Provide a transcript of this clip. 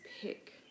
pick